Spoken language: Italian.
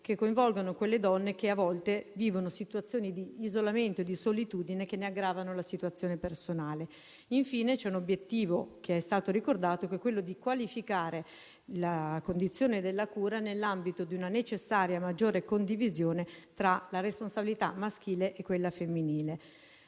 che coinvolgano quelle donne che, a volte, vivono situazioni di isolamento e di solitudine che ne aggravano la situazione personale. Infine, c'è l'obiettivo, che è stato ricordato, di qualificare la condizione della cura nell'ambito di una maggiore condivisione tra la responsabilità maschile e quella femminile.